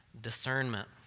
discernment